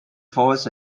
falls